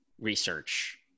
research